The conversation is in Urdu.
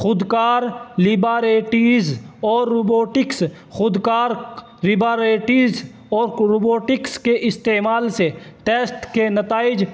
خودکار لیباریٹیز اور روبوٹکس خودکار ریباریٹیز اور کروبوٹکس کے استعمال سے ٹیسٹ کے نتائج